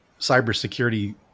cybersecurity